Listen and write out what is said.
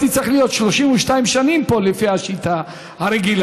הייתי צריך להיות 32 שנים פה לפי השיטה הרגילה,